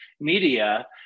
media